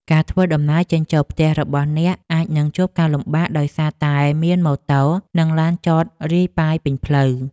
ការធ្វើដំណើរចេញចូលផ្ទះរបស់អ្នកអាចនឹងជួបការលំបាកដោយសារតែមានម៉ូតូ និងឡានចតរាយប៉ាយពេញផ្លូវ។